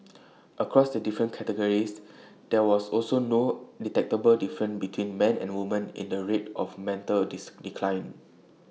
across the different categories there was also no detectable difference between man and woman in the rates of mental A dis decline